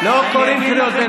אורית סטרוק, לא קוראים בעמידה.